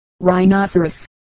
rhinoceros